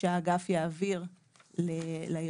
שהאגף יעביר לארגון.